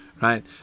right